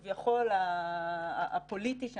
כביכול הפוליטי,